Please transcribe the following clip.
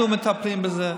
אנחנו מטפלים בזה.